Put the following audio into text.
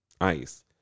ice